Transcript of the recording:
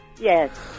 Yes